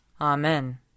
Amen